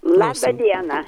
laba diena